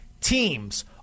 teams